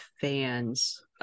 fans